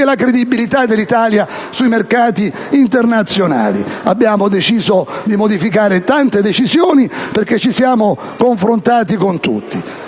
la credibilità dell'Italia sui mercati internazionali. Abbiamo deciso di modificare tante decisioni perché ci siamo confrontati con tutti.